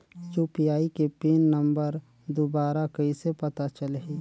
UPI के pin number दुबारा कइसे पता चलही?